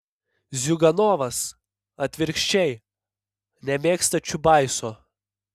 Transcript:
ziuganovas atvirkščiai nemėgsta čiubaiso